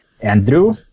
Andrew